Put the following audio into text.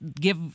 give